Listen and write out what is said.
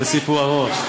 זה סיפור ארוך.